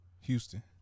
Houston